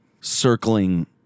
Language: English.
circling